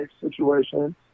situation